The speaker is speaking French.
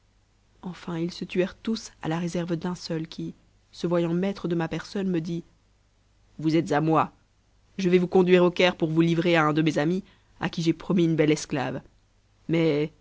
enfin ils se tuèrent tous à la réserve d'un seul qui se voyant maître de ma personne me dit vous êtes à moi je vais vous conduire au caire pour vous livrer à un de mes amis à qui j'ai promis une belle esclave mais